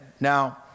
Now